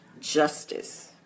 justice